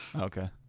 okay